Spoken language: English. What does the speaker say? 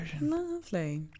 lovely